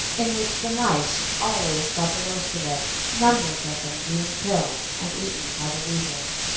in which the mice always got the worst of it, numbers of them being killed and eaten by the weasels.